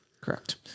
Correct